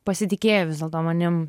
pasitikėjo vis dėlto manim